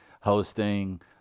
hosting